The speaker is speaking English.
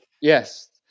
Yes